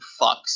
fucks